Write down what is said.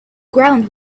ground